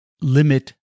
limit